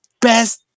best